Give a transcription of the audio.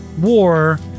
war